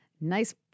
Nice